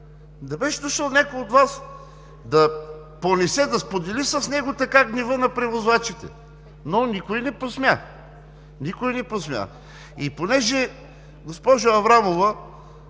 да беше дошъл някой от Вас да понесе, да сподели с него гнева на превозвачите, но никой не посмя, никой не посмя! Понеже, госпожо Аврамова,